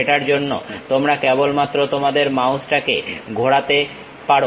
সেটার জন্য তোমরা কেবলমাত্র তোমাদের মাউসকে ঘোরাতে পারো